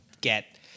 get